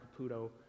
Caputo